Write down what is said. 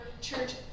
church